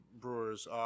Brewers